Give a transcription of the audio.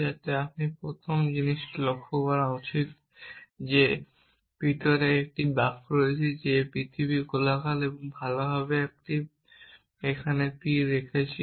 যাতে আপনার প্রথম জিনিসটি লক্ষ্য করা উচিত যে এর ভিতরে একটি বাক্য রয়েছে যে পৃথিবীটি গোলাকার এবং ভালভাবে আমি এখানে p করেছি